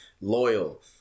loyal